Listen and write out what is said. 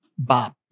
Bob